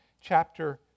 chapter